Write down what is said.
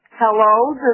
Hello